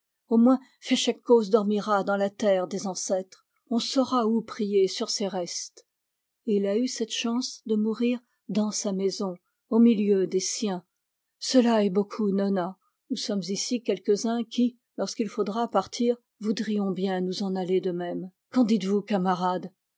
au moins féchec coz dormira dans la terre des ancêtres on saura où prier sur ses restes et il a eu cette chance de mourir dans sa maison au milieu des siens cela est beaucoup nona nous sommes ici quelques-uns qui lorsqu'il faudra partir voudrions bien nous en aller de même qu'en dites-vous camarades